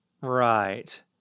Right